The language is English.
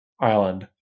Island